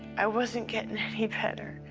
i wasn't getting any better.